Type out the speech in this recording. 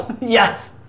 Yes